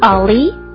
Ollie